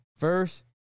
First